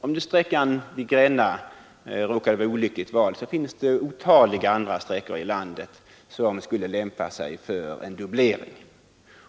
Om sedan vägen vid Gränna råkade vara ett olyckligt valt exempel finns det otaliga andra vägsträckor i landet som skulle lämpa sig för en dubblering.